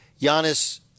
Giannis